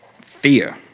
fear